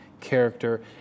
character